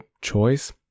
choice